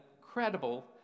incredible